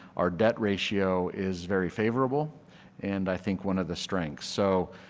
our debt ratio is very favorable and i think one of the strings. so